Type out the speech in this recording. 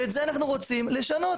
ואת זה אנחנו רוצים לשנות.